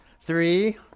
Three